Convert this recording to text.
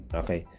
okay